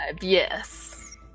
Yes